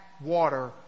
water